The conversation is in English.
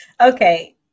Okay